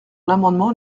l’amendement